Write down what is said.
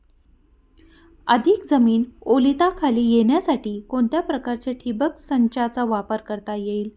अधिक जमीन ओलिताखाली येण्यासाठी कोणत्या प्रकारच्या ठिबक संचाचा वापर करता येईल?